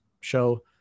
show